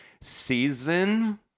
season